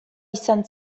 izan